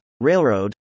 railroad